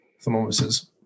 thermometers